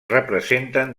representen